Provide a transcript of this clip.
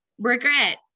regret